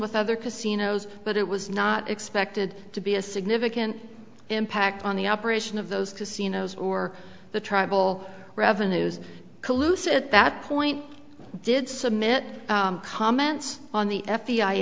with other casinos but it was not expected to be a significant impact on the operation of those casinos or the tribal revenues collusive at that point did submit comments on the f b i